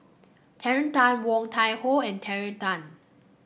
Terry Tan Woon Tai Ho and Terry Tan